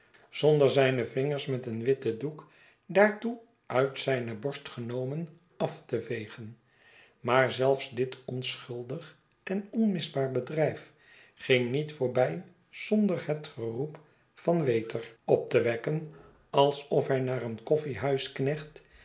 zonder zijne vingers met een witten doek daartoe uit zijne borst genomen af te vegen maar mijnheer wopsle als hamlet zelfs dit onschuldig en onmisbaar bedrijf ging niet voorbij zonder het geroep van waiter op te wekken alsof hij naar een